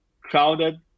Crowded